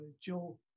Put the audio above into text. Joe